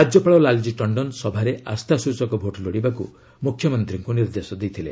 ରାଜ୍ୟପାଳ ଲାଲ୍ଜୀ ଟଣ୍ଡନ ସଭାରେ ଆସ୍ଥାସଚକ ଭୋଟ୍ ଲୋଡିବାକୁ ମୁଖ୍ୟମନ୍ତ୍ରୀଙ୍କୁ ନିର୍ଦ୍ଦେଶ ଦେଇଥିଲେ